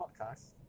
podcast